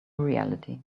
reality